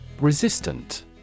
Resistant